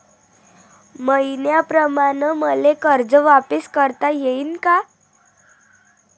मईन्याप्रमाणं मले कर्ज वापिस करता येईन का?